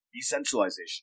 decentralization